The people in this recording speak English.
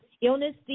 Illness